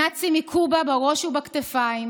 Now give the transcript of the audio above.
הנאצים הכו בה בראש ובכתפיים.